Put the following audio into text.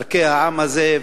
את ערכי העם הזה,